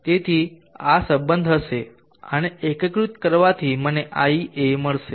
તેથી આ સંબંધ હશે આને એકીકૃત કરવાથી મને Ia મળશે